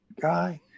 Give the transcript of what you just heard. guy